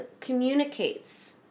communicates